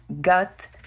Gut